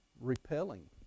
repelling